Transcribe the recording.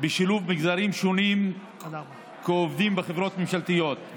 בשילוב מגזרים שונים כעובדים בחברות הממשלתיות,